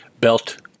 belt